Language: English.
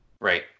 Right